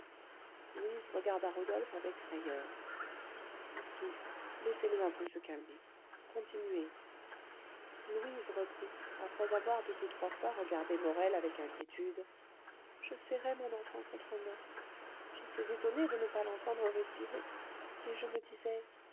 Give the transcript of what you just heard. louise regarda rodolphe avec frayeur il souffre laissez-le un peu se calmer continuez louise reprit après avoir deux ou trois fois regardé morel avec inquiétude je serrais mon enfant contre moi j'étais étonnée de ne pas l'entendre respirer mais je me disais